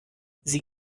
sie